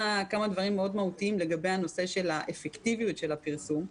כמה דברים מאוד חשובים לגבי האפקטיביות של הפרסום.